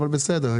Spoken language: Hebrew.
אבל בסדר,